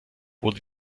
wurde